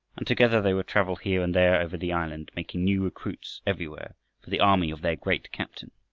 and together they would travel here and there over the island, making new recruits everywhere for the army of their great captain.